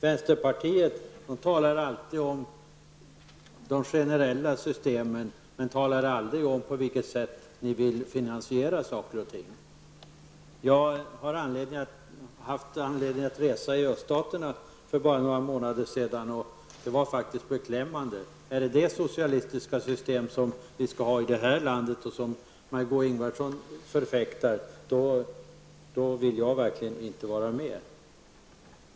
Vänsterpartiet talar alltid om de generella systemen, men ni talar aldrig om på vilket sätt ni vill finansiera saker och ting. Jag har haft anledning att resa i öststaterna för bara några månader sedan. Det var faktiskt beklämmande. Är det detta socialistiska system som vi skall ha i vårt land och som Margó Ingvardsson förfäktar, vill jag verkligen inte vara med.